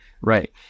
Right